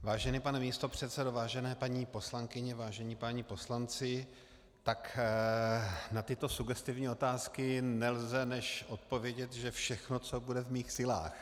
Vážený pane místopředsedo, vážené paní poslankyně, vážení páni poslanci, tak na tyto sugestivní otázky nelze než odpovědět, že všechno, co bude v mých silách.